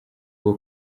bwo